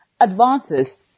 advances